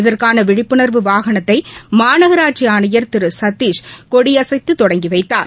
இதற்கான விழிப்புணர்வு வாகனத்தை மாநகராட்சி ஆணையர் திரு சதீஷ் கொடியசைத்து தொடங்கி வைத்தார்